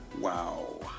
wow